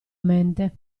mente